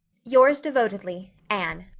yours devotedly, anne